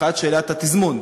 שאלת התזמון.